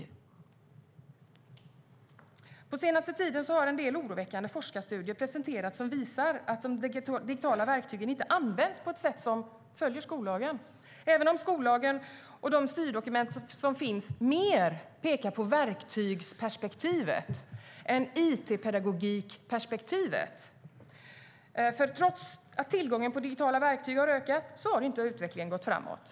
På den senaste tiden har en del oroväckande forskarstudier presenterats som visar att de digitala verktygen inte används på ett sätt som följer skollagen även om skollagen och de styrdokument som finns mer pekar på verktygsperspektivet än it-pedagogikperspektivet. Trots att tillgången på digitala verktyg har ökat har inte utvecklingen gått framåt.